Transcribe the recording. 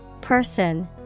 person